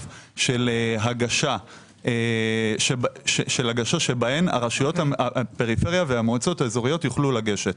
של הגשה שבהן הרשויות הפריפריה והמועצות האזוריות יוכלו לגשת.